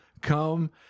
come